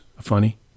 funny